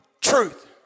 truth